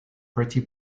pretty